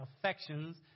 affections